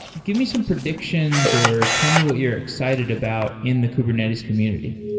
give me some predictions or tell me what you're excited about in the kubernetes community.